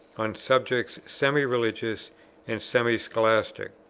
on subjects semi-religious and semi-scholastic.